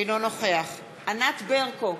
אינו נוכח ענת ברקו,